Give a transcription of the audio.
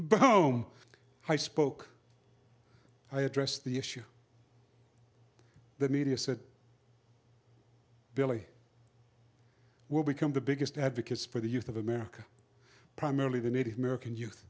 but whom i spoke i address the issue the media said billy will become the biggest advocates for the youth of america primarily the native american youth